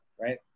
right